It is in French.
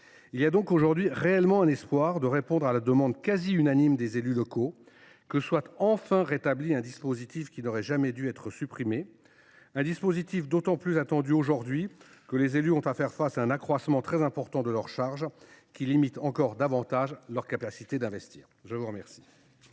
Il existe donc aujourd’hui réellement un espoir de répondre à la demande quasi unanime des élus locaux que soit enfin rétabli un dispositif qui n’aurait jamais dû être supprimé. Ce dispositif est d’autant plus attendu que les élus sont confrontés à un accroissement très important de leurs charges, qui limite encore davantage leur capacité d’investir. La parole